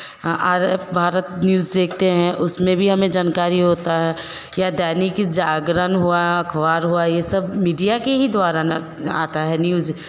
are Bharat news देखते हैं उसमें भी हमें जनकारी होता है या दैनिक जागरण हुआ अखबार हुआ ये सब मीडिया के ही द्वारा ना आता है न्यूज़